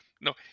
No